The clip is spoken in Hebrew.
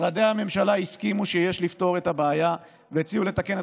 משרדי הממשלה הסכימו שיש לפתור את הבעיה והציעו לתקן את